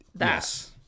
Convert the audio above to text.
Yes